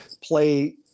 play